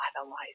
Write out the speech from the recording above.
Otherwise